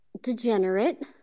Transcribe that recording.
degenerate